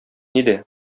нидә